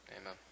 Amen